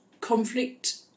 conflict